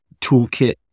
toolkit